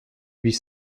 huit